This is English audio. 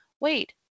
Wait